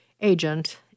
agent